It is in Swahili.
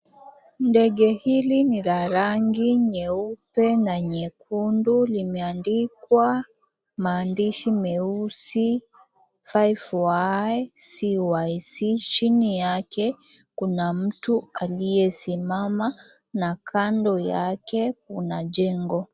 Ndege hili ni la rangi nyeupe na nyekundu limeandikwa maandishi meusi 5YCYC . Chini yake kuna mtu aliyesimama na kando yake kuna jengo.